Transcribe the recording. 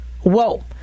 whoa